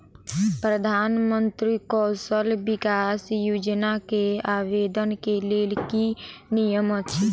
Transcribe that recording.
प्रधानमंत्री कौशल विकास योजना केँ आवेदन केँ लेल की नियम अछि?